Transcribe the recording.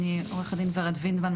אני עורכת דין ורד וינדמן,